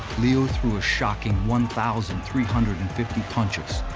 leo through a shocking one thousand three hundred and fifty punches,